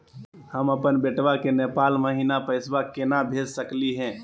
हम अपन बेटवा के नेपाल महिना पैसवा केना भेज सकली हे?